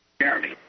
Jeremy